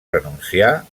renunciar